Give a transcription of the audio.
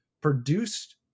produced